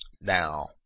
Now